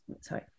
sorry